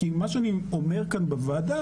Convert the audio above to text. כי מה שאני אומר כאן בוועדה,